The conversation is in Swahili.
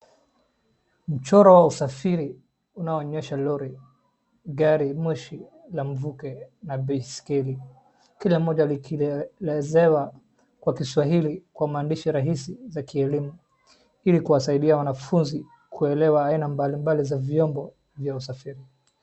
Mchororo wa usafiri unaonyesha lori, gari moshii wa mvuke, na baiskeli. Kila moja limeandikwa kwa Kiswahili kwa maneno rahisi kueleweka ili kuwasaidia wanafunzi kuelewa aina mbalimbali za vyombo vya usafiri.